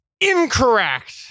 incorrect